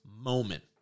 moment